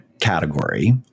category